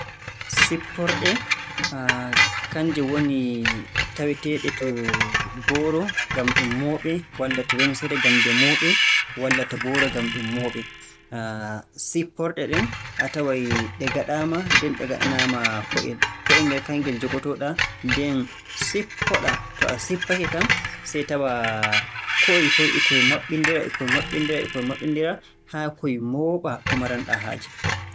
Sipporɗe kannje woni taweteeɗe to booro walla to limsere ngam nde mooɓee, walla to booro ngam ɗum mooɓee. Sipporɗe ɗen a taway ɗe ngaɗaama nden ɗe ngaɗanaama ko'el. Ko'el kanngel njogotoo-ɗaa nden sippo-ɗaa, to a sippake kam, sey tawaa ko'oy koy e koy maɓɓindira, e koy maɓɓindira e koy maɓɓindira haa koy mooɓa ko maran-ɗaa haaje.